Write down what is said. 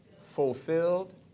fulfilled